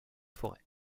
forêt